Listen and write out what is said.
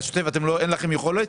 על השוטף אין לכם יכולת?